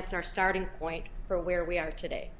that's our starting point for where we are today